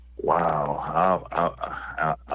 Wow